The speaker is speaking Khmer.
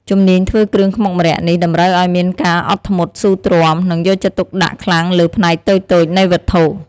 ជំនាញធ្វើគ្រឿងខ្មុកម្រ័ក្សណ៍នេះតម្រូវឱ្យមានការអត់ធ្មត់ ស៊ូទ្រាំ និងយកចិត្តទុក្ខដាក់ខ្លាំងលើផ្នែកតូចៗនៃវត្ថុ។